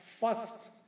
first